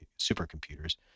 supercomputers